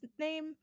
name